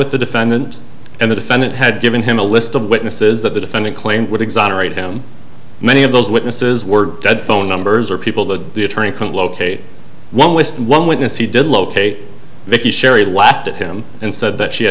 with the defendant and the defendant had given him a list of witnesses that the defendant claimed would exonerate him many of those witnesses were dead phone numbers or people that the attorney can locate one with one witness he did locate vicki sherry laughed at him and said that she